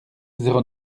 zéro